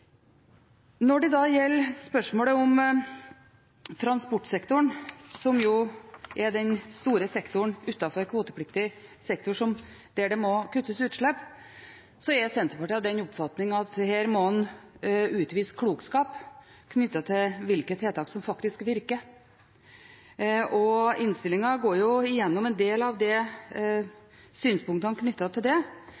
Når det gjelder spørsmålet om transportsektoren, som er den store sektoren utenfor kvotepliktig sektor der det må kuttes i utslippene, er Senterpartiet av den oppfatning at en må utvise klokskap med hensyn til hvilke tiltak som faktisk virker. Innstillingen går igjennom en del av